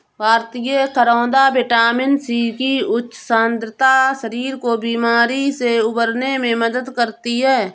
भारतीय करौदा vitamin C की उच्च सांद्रता शरीर को बीमारी से उबरने में मदद करती है